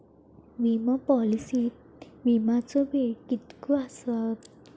विमा पॉलिसीत विमाचो वेळ कीतको आसता?